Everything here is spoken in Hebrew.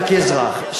אלא כאזרח,